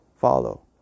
follow